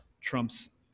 Trump's